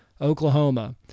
Oklahoma